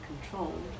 controlled